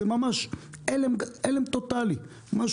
זה ממש הלם טוטאלי.